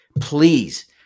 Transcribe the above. please